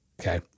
okay